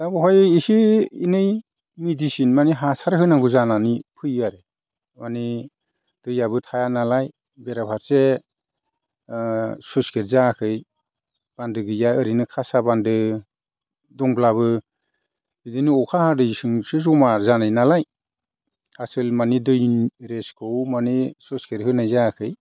दा बेवहाय एसे एनै मेडिसिन माने हासार होनांगौ जानानै फैयो आरो माने दैआबो थाया नालाय बेरा फारसे स्लुइस गेट जायाखै बान्दो गैया ओरैनो खासा बान्दो दंब्लाबो बिदिनो अखा हादैजोंसो जमा जानाय नालाय आसोल माने दै रेसखौ माने स्लुइस गेट होनाय जायाखै